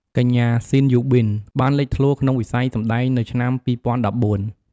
កញ្ញា ស៊ីន យូប៊ីន បានលេចធ្លោក្នុងវិស័យសម្តែងនៅឆ្នាំ ២០១៤។